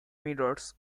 mirrors